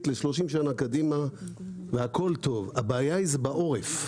ל-30 שנה קדימה והכול טוב; הבעיה היא בעורף.